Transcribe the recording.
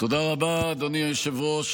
תודה רבה, אדוני היושב-ראש.